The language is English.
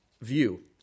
view